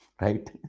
right